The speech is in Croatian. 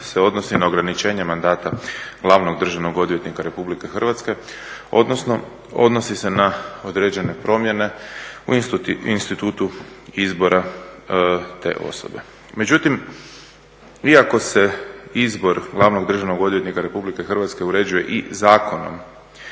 se odnosi na ograničenje mandata glavnog državnog odvjetnika Republike Hrvatske odnosno odnosi se na određene promjene u institutu izbora te osobe. Međutim, iako se izbor glavnog državnog odvjetnika Republike Hrvatske uređuje i zakonom